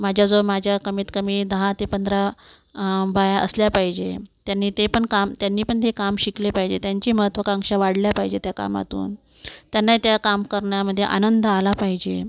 माझ्याजवळ माझ्या कमीत कमी दहा ते पंधरा बाया असल्या पाहिजे त्यांनी ते पण काम त्यांनी पण हे काम शिकले पाहिजे त्यांची महत्वाकांक्षा वाढल्या पाहिजे त्या कामातून त्यांना त्या काम करण्यामध्ये आनंद आला पाहिजे